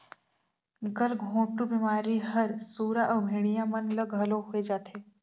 गलघोंटू बेमारी हर सुरा अउ भेड़िया मन ल घलो होय जाथे